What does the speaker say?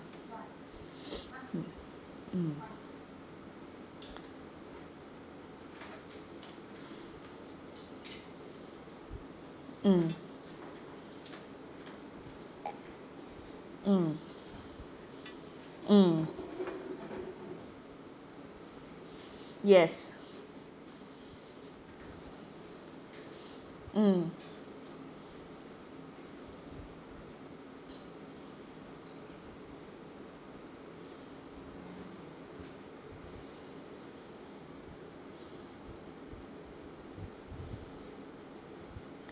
mm mm mm mm yes mm